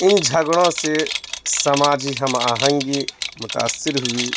ان جھگڑوں سے سماجی ہم آہنگی متاثر ہوئی